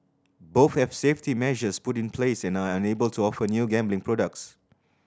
both have safety measures put in place and are unable to offer new gambling products